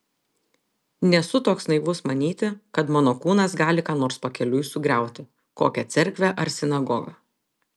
nesu toks naivus manyti kad mano kūnas gali ką nors pakeliui sugriauti kokią cerkvę ar sinagogą